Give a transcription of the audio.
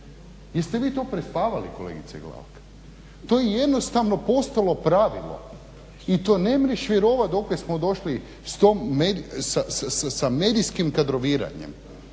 Jeste vi to prespavali kolegice Glavak? To je jednostavno postalo pravilo i to nemreš vjerovat dokle smo došli s medijskim kadroviranjem.